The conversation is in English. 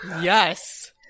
Yes